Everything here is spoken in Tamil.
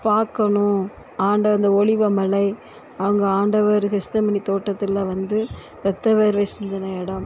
பார்க்கணும் ஆண்டவர்ட ஒலிவ மலை அவங்க ஆண்டவர் ஹிஸ்த்தமணி தோட்டத்தில் வந்து பெத்தவர் இடம்